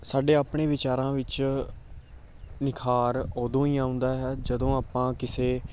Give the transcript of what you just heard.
ਸਾਡੇ ਆਪਣੇ ਵਿਚਾਰਾਂ ਵਿੱਚ ਨਿਖਾਰ ਉਦੋਂ ਹੀ ਆਉਂਦਾ ਹੈ ਜਦੋਂ ਆਪਾਂ ਕਿਸੇ